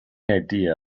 idea